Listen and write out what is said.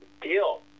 Deal